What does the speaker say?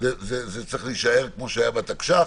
צריך להישאר כמו שהיה בתקש"ח.